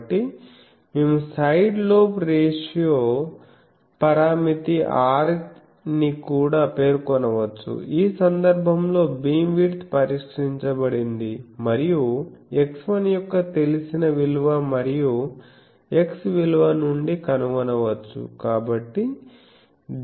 కాబట్టి మేము side lobe ratio పరామితి R ని కూడా పేర్కొనవచ్చు ఈ సందర్భంలో బీమ్విడ్త్ పరిష్కరించబడింది మరియు x1 యొక్క తెలిసిన విలువ మరియు x విలువ నుండి కనుగొనవచ్చు